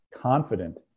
confident